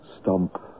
stump